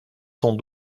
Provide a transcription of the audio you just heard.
sans